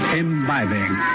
imbibing